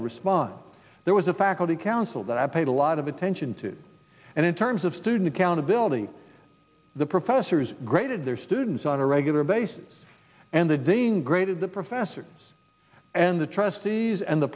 to respond there was a faculty council that i paid a lot of attention to and in terms of student accountability the professors graded their students on a regular basis and the dane graded the professors and the trustees and the